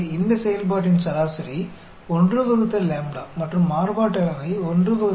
इसलिए इस फ़ंक्शन के लिए माध्य 1 ⎣ है और वरियन्स 1 ⎣2 द्वारा दिया गया है